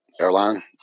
airline